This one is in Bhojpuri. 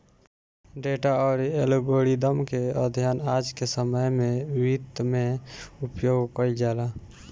डेटा अउरी एल्गोरिदम के अध्ययन आज के समय में वित्त में उपयोग कईल जाला